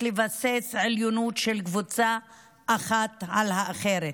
לבסס עליונות של קבוצה אחת על האחרת.